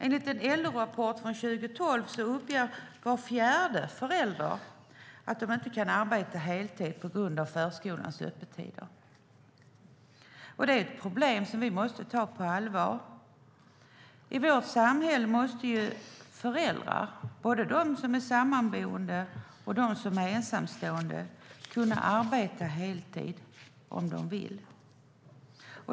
Enligt en LO-rapport från 2012 uppger var fjärde förälder att de inte kan arbeta heltid på grund av förskolans öppettider. Det är problem som vi måste ta på allvar. I vårt samhälle måste föräldrar, både sammanboende och ensamstående, kunna arbeta heltid om de vill.